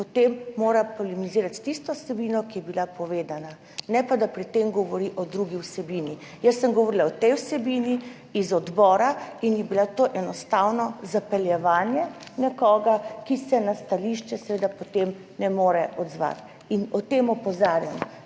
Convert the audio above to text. potem mora polemizirati s tisto vsebino, ki je bila povedana, ne pa da pri tem govori o drugi vsebini. Jaz sem govorila o tej vsebini iz odbora in je bilo to enostavno zapeljevanje nekoga, ki se na stališče seveda potem ne more odzvati in o tem opozarjam,